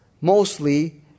mostly